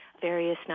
various